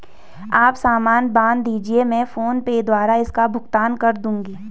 आप सामान बांध दीजिये, मैं फोन पे द्वारा इसका भुगतान कर दूंगी